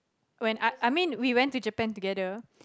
when I I mean we went to Japan together